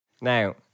Now